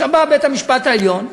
עכשיו, בא בית-המשפט העליון,